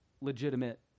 legitimate